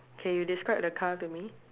okay you describe the car to me